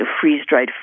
freeze-dried